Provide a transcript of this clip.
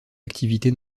activité